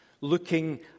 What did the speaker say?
looking